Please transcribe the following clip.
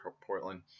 Portland